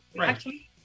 actually-